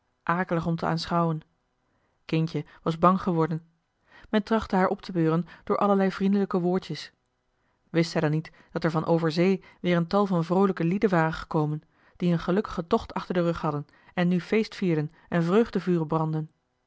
om te aanschouwen kindje was bang geworden men trachtte haar op te beuren door allerlei vriendelijke woordjes wist zij dan niet dat er van over zee weer een tal van vroolijke lieden waren gekomen die een gelukkigen tocht achter den rug hadden en nu feest vierden en vreugdevuren brandden